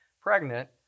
pregnant